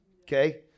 Okay